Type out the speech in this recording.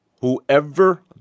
Whoever